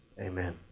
amen